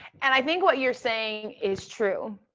and i think what you're saying is true.